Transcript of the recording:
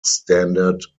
standard